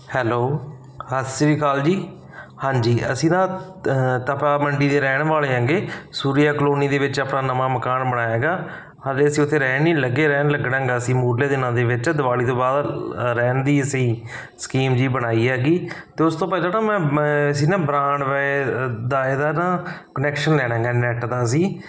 hello ਸਤਿ ਸ਼੍ਰੀ ਅਕਾਲ ਜੀ ਹਾਂਜੀ ਅਸੀਂ ਨਾ ਤਪਾ ਮੰਡੀ ਦੇ ਰਹਿਣ ਵਾਲੇ ਹੈਗੇ ਸੂਰਿਆ ਕਲੋਨੀ ਦੇ ਵਿੱਚ ਆਪਣਾ ਨਵਾਂ ਮਕਾਨ ਬਣਾਇਆ ਹੈਗਾ ਹਜੇ ਅਸੀਂ ਉੱਥੇ ਰਹਿਣ ਨਹੀਂ ਲੱਗੇ ਰਹਿਣ ਲੱਗਣਾ ਗਾ ਅਸੀਂ ਮੂਹਰਲੇ ਦਿਨਾਂ ਦੇ ਵਿੱਚ ਦੀਵਾਲੀ ਤੋਂ ਬਾਅਦ ਰਹਿਣ ਦੀ ਅਸੀਂ ਸਕੀਮ ਜਿਹੀ ਬਣਾਈ ਹੈਗੀ ਅਤੇ ਉਸ ਤੋਂ ਪਹਿਲਾਂ ਤਾਂ ਮੈਂ ਮੈਂ ਅਸੀਂ ਨਾ ਬ੍ਰਾਂਡਵਾਏ ਦਾ ਇਹਦਾ ਨਾ ਕਨੈਕਸ਼ਨ ਲੈਣਾ ਗਾ ਨੈੱਟ ਦਾ ਅਸੀਂ